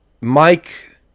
Mike